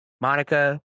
Monica